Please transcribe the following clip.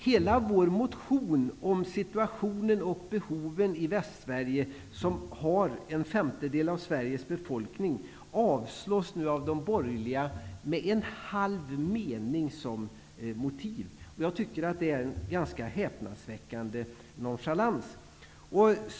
Hela vår motion om situationen och behoven i Västsverige -- där en femtedel av Sveriges befolkning finns -- avstyrks nu av de borgerliga, med en halv mening som motivering. Det är en ganska häpnadsväckande nonchalans.